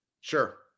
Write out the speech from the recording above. Sure